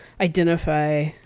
identify